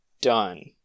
done